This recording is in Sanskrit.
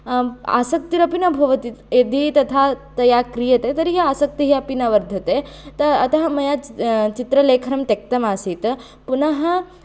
आसक्तिरपि न भवति यदि तथा तया क्रियते तर्हि आसक्तिः अपि न वर्धते अतः मया चित्रलेखनं त्यक्तमासीत् पुनः